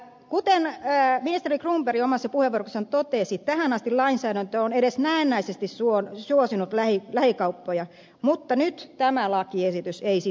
kuten ministeri cronberg omassa puheenvuorossaan totesi tähän asti lainsäädäntö on edes näennäisesti suosinut lähikauppoja mutta nyt tämä lakiesitys ei sitä tee